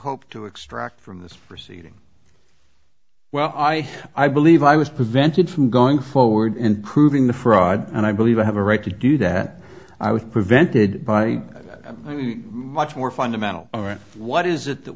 hope to extract from this proceeding well i i believe i was prevented from going forward and proving the fraud and i believe i have a right to do that i was prevented by much more fundamental what is it that